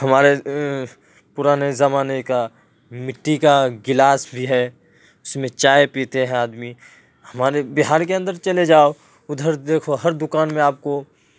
ہمارے پرانے زمانے کا مٹی کا گلاس بھی ہے اس میں چائے پیتے ہیں آدمی ہمارے بہار کے اندر چلے جاؤ ادھر دیکھو ہر دکان میں آپ کو